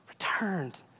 Returned